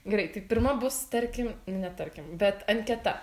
greitai tai pirma bus tarkim ne tarkim bet anketa